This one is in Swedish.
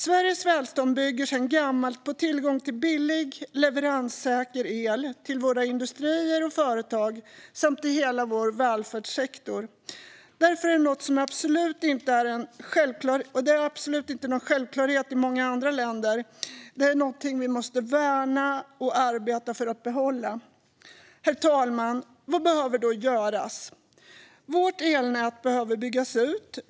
Sveriges välstånd bygger sedan gammalt på tillgång till billig, leveranssäker el till våra industrier och företag samt till hela vår välfärdssektor. Det är absolut inte någon självklarhet i många andra länder. Det är någonting vi måste värna och arbeta för att behålla. Herr talman! Vad behöver då göras? Vårt elnät behöver byggas ut.